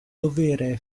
dovere